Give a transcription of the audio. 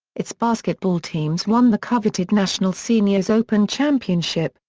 its basketball teams won the coveted national seniors open championship,